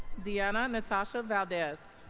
deanna natasha valdez